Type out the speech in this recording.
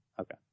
Okay